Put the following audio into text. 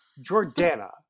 Jordana